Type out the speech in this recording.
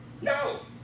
no